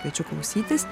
kviečiu klausytis